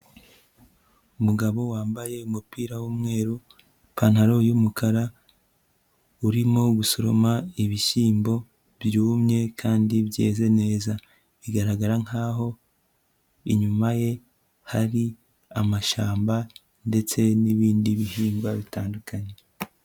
Umugabo wambaye umupira w'umweru, ipantaro y'umukara, urimo gusoroma ibishyimbo byumye kandi byeze neza, bigaragara nkaho inyuma ye hari amashyamba ndetse n'ibindi bihingwa bitandukanye.